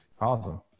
Awesome